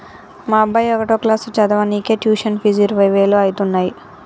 మా అబ్బాయి ఒకటో క్లాసు చదవనీకే ట్యుషన్ ఫీజు ఇరవై వేలు అయితన్నయ్యి